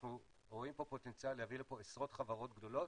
אנחנו רואים פה פוטנציאל להביא לפה עשרות חברות גדולות.